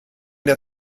der